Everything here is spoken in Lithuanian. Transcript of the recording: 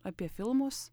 apie filmus